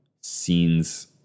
scenes